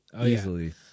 Easily